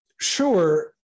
sure